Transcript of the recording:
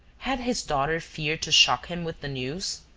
had his daughter feared to shock him with the news?